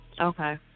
Okay